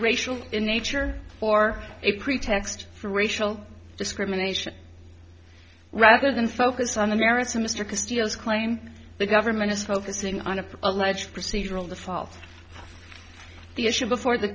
racial in nature or a pretext for racial discrimination rather than focus on the merits of mr steele's claim the government is focusing on of alleged procedural default the issue before the